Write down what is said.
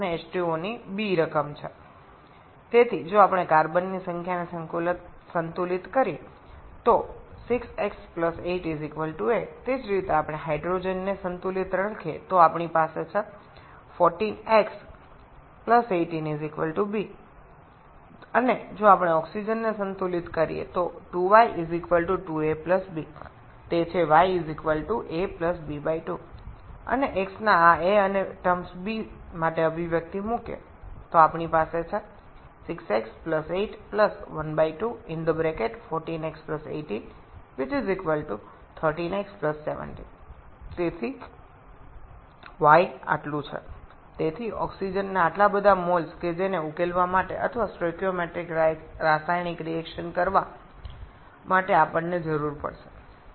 সুতরাং এবার যদি আমরা কার্বন সংখ্যার সাম্যতা করি ধরি 6x 8 a তারপর একইভাবে যদি আমরা সাম্য হাইড্রোজেন লিখি আমাদের আছে 14x 18 b এখন আমরা যদি অক্সিজেনের সাম্যতা করি তাহলে 2y 2a b এটি হলো y a b2 এবং x এর পরিবর্তে যদি আমরা a এবং b প্রতিস্থাপন করি তাহলে আমাদের আছে 6x 8 ½14x 18 13x 17 সুতরাং এটি হল y তাই আমাদের সমাধানের জন্য বা স্টোচিওমেট্রিক রাসায়নিক বিক্রিয়া করার এই মোল পরিমাণ অক্সিজেনের প্রয়োজন হবে